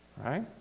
right